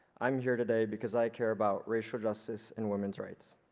i'm here today because i care about racial justice and women's rights.